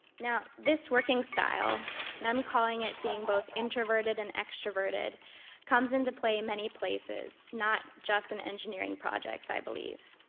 now this working style i'm calling it being both introverted and extroverted comes into play in many places, not just in engineering projects, i believe.